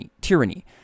tyranny